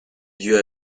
lieu